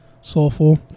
soulful